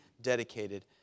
dedicated